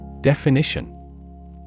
Definition